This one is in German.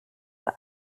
zur